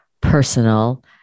personal